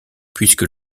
puisque